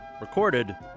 recorded